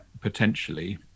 potentially